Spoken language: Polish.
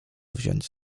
wziąć